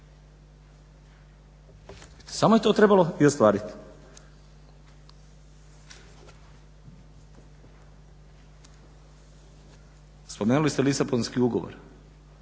samo je to trebalo i ostvariti. Spomenuli ste Lisabonski ugovor,